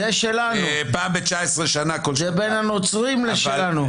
פעם ב-19 שנה --- זה בין הנוצרים לשלנו.